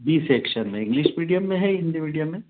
B section में English medium में है हिंदी मीडियम में